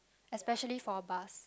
especially for a bus